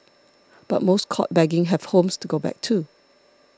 but most caught begging have homes to go back to